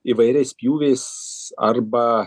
įvairiais pjūviais arba